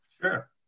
Sure